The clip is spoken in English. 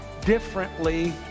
differently